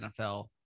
NFL